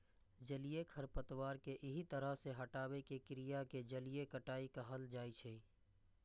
जलीय खरपतवार कें एहि तरह सं हटाबै के क्रिया कें जलीय कटाइ कहल जाइ छै